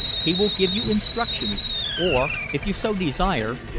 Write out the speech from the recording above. he will give you instructions or, if you so desire,